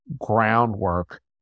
groundwork